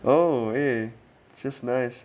oh eh just nice